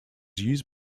used